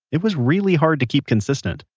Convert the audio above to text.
it was really hard to keep consistent.